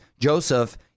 Joseph